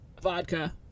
Vodka